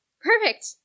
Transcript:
Perfect